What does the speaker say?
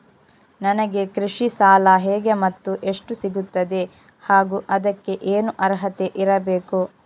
ನನಗೆ ಕೃಷಿ ಸಾಲ ಹೇಗೆ ಮತ್ತು ಎಷ್ಟು ಸಿಗುತ್ತದೆ ಹಾಗೂ ಅದಕ್ಕೆ ಏನು ಅರ್ಹತೆ ಇರಬೇಕು?